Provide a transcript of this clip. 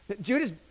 Judas